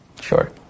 Sure